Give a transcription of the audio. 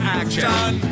action